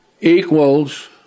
equals